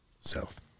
south